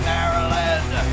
Maryland